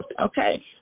Okay